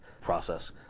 process